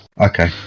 Okay